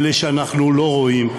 אלה שאנחנו לא רואים,